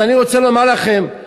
אני רוצה לומר לכם,